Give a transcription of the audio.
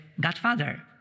Godfather